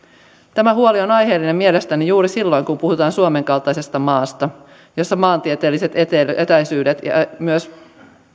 tämä huoli on aiheellinen mielestäni juuri silloin kun puhutaan suomen kaltaisesta maasta jossa on suuret maantieteelliset etäisyydet ja myös